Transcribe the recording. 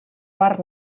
part